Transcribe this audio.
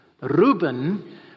Reuben